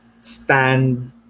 stand